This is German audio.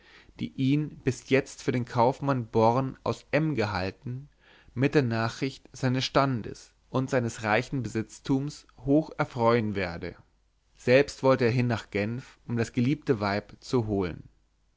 die ihn bis jetzt für den kaufmann born aus m gehalten mit der nachricht seines standes und seines reichen besitztums hoch erfreuen werde selbst wolle er hin nach genf um das geliebte weib zu holen